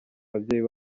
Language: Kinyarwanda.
ababyeyi